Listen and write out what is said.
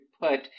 put